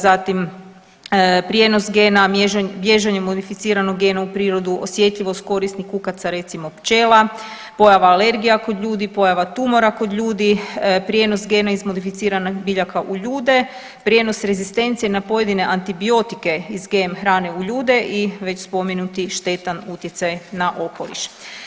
Zatim prijenos gena, bježanjem unificiranog gena u prirodu, osjetljivost korisnih kukaca recimo pčela, pojava alergija kod ljudi, pojava tumora kod ljudi, prijenos gena iz modificiranih biljaka u ljude, prijenos rezistencije na pojedine antibiotike iz GM hrane na ljude i već spomenuti štetan utjecaj na okoliš.